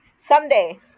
Someday